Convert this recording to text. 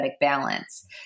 balance